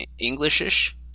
english-ish